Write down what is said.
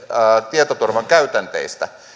tietoturvan käytänteistä